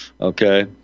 okay